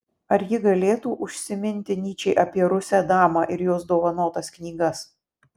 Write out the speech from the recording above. ar ji galėtų užsiminti nyčei apie rusę damą ir jos dovanotas knygas